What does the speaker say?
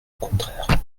contraire